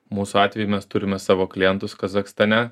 mūsų atveju mes turime savo klientus kazachstane